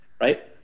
right